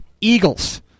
Eagles